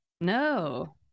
no